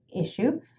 issue